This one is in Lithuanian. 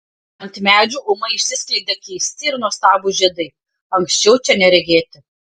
ant medžių ūmai išsiskleidė keisti ir nuostabūs žiedai anksčiau čia neregėti